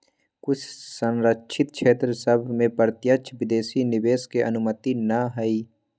कुछ सँरक्षित क्षेत्र सभ में प्रत्यक्ष विदेशी निवेश के अनुमति न हइ